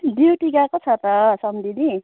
duty गएको छ त सम्धिनी